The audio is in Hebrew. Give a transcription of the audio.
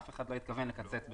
אף אחד לא התכוון לקצץ בזה,